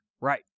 right